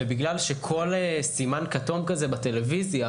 ובגלל שכל סימן כתום כזה בטלוויזיה